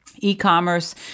e-commerce